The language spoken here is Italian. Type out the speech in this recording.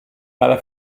alle